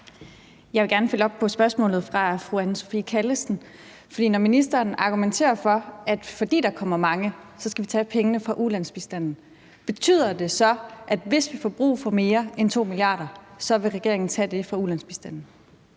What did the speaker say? Jeg vil gerne følge op på spørgsmålet fra fru Anne Sophie Callesen, for når ministeren argumenterer for, at fordi der kommer mange, så skal vi tage pengene fra ulandsbistanden, betyder det så, at hvis vi får brug for mere end 2 mia. kr., så vil regeringen tage det fra ulandsbistanden?